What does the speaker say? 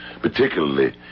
particularly